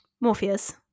Morpheus